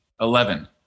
Eleven